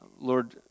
Lord